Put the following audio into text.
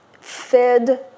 fed